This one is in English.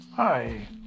Hi